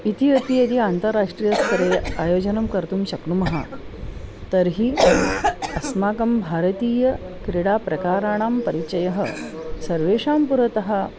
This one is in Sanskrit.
इति अपि यदि अन्ताराष्ट्रियस्तरे आयोजनं कर्तुं शक्नुमः तर्हि अस्माकं भारतीयक्रीडाप्रकाराणां परिचयः सर्वेषां पुरतः